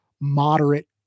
moderate